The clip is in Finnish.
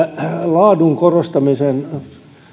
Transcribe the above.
laadun korostamisen